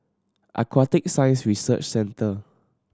Aquatic Science Research Centre